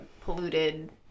polluted